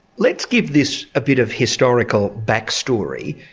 let's give this a bit of historical back-story.